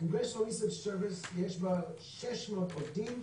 ב Congressional Research Service יש 600 עובדים,